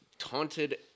taunted